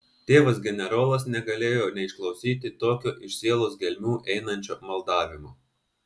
tėvas generolas negalėjo neišklausyti tokio iš sielos gelmių einančio maldavimo